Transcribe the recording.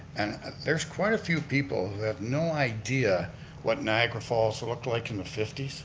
and there's quite a few people that have no idea what niagara falls so looked like in the fifty s.